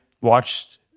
watched